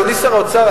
אדוני שר האוצר,